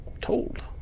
told